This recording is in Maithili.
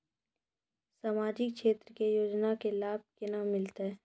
समाजिक क्षेत्र के योजना के लाभ केना मिलतै?